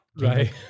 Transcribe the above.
right